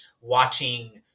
watching